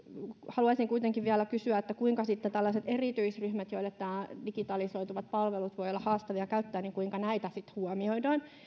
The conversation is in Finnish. haluaisin kuitenkin vielä kysyä kuinka tällaiset erityisryhmät joille nämä digitalisoituvat palvelut voivat olla haastavia käyttää sitten huomioidaan